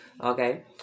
Okay